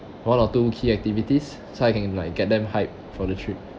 one or two key activities so I can like get them hype for the trip